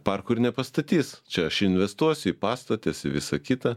parkų ir nepastatys čia aš investuosiu į pastotes į visa kita